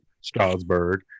Strasbourg